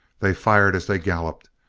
they fired as they galloped,